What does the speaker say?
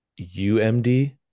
UMD